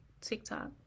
TikTok